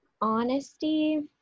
honesty